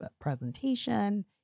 presentation